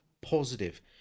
positive